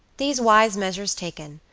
these wise measures taken,